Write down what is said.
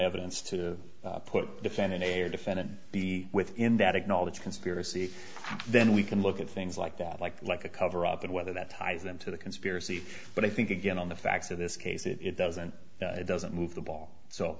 evidence to put defending a defendant be within that acknowledge conspiracy then we can look at things like that like like a cover up and whether that ties them to the conspiracy but i think again on the facts of this case it doesn't it doesn't move the ball so